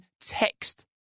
text